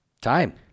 Time